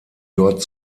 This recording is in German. dort